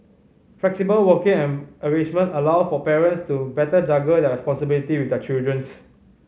flexible working arrangement allowed for parents to better juggle their responsibility with their children